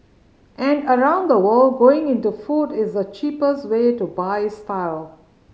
and around the world going into food is the cheapest way to buy style